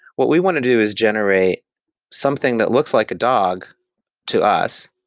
what we want to do is generate something that looks like a dog to us,